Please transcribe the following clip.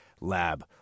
Lab